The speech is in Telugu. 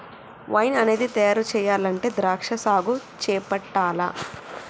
వైన్ అనేది తయారు చెయ్యాలంటే ద్రాక్షా సాగు చేపట్టాల్ల